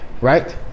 right